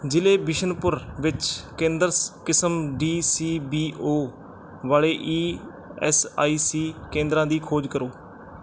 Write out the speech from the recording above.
ਜ਼ਿਲ੍ਹੇ ਬਿਸ਼ਨਪੁਰ ਵਿੱਚ ਕੇਂਦਰ ਕਿਸਮ ਡੀ ਸੀ ਬੀ ਓ ਵਾਲੇ ਈ ਐੱਸ ਆਈ ਸੀ ਕੇਂਦਰਾਂ ਦੀ ਖੋਜ ਕਰੋ